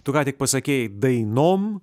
tu ką tik pasakei dainom